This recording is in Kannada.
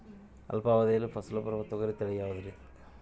ಅಲ್ಪಾವಧಿಯಲ್ಲಿ ಫಸಲು ಬರುವ ತೊಗರಿ ತಳಿ ಯಾವುದುರಿ?